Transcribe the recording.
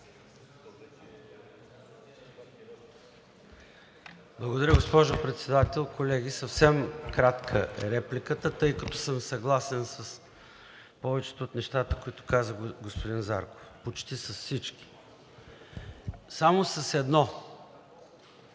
Благодаря, госпожо Председател. Колеги, съвсем кратка е репликата, тъй като съм съгласен с повечето от нещата, които каза господин Зарков – почти с всички. Само с едно